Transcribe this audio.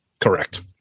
Correct